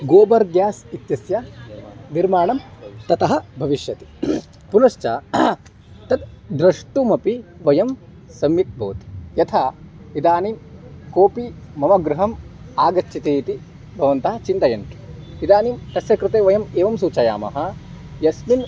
गोबर्ग्यास् इत्यस्य निर्माणं ततः भविष्यति पुनश्च तद् द्रष्टुमपि वयं सम्यक् भवति यथा इदानीं कोऽपि मम गृहम् आगच्छति इति भवन्तः चिन्तयन् इदानीं तस्य कृते वयं एवं सूचयामः यस्मिन्